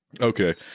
Okay